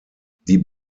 die